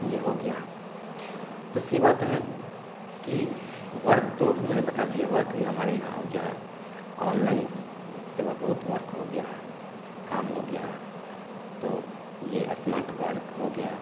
यह हो गया दूसरी बात है कि वर्क तो हमने बता दिया वर्क भी हमारे यहाँ और जो है ऑनलाइन सेवा बहुत वर्क हो गया है काम हो गया है तो यह एस्मार्ट बर्क हो गया